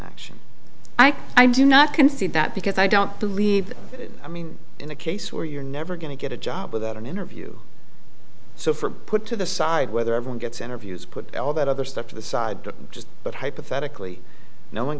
action i do not concede that because i don't believe i mean in a case where you're never going to get a job without an interview so for put to the side whether everyone gets interviews put all that other stuff to the side just but hypothetically no one